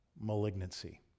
Malignancy